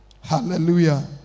hallelujah